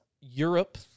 Europe